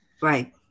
Right